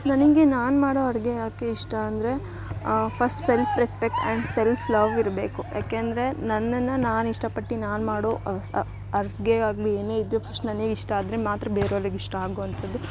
ನನಗೆ ನಾನು ಮಾಡೊ ಅಡಿಗೆ ಯಾಕೆ ಇಷ್ಟ ಅಂದರೆ first self respect and self love ಇರಬೇಕು ಯಾಕೆ ಅಂದರೆ ನನ್ನನ್ನು ನಾನು ಇಷ್ಟ ಪಟ್ಟು ನಾನು ಮಾಡೊ ಅಡಿಗೆ ಆಗಲಿ ಏನೆ ಇದ್ರು ಫಸ್ಟ್ ನನಗ್ ಇಷ್ಟ ಆದರೆ ಮಾತ್ರ ಬೇರೆಯವ್ರಿಗ್ ಇಷ್ಟ ಆಗೋವಂಥದ್ದು